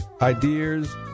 ideas